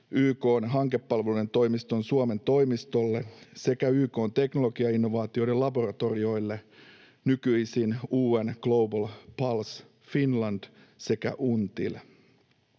YK:n hankepalveluiden toimiston Suomen toimistolle sekä YK:n teknologiainnovaatioiden laboratorioille — nykyisin UN Global Pulse Finland sekä UNTIL.